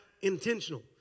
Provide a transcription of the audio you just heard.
intentional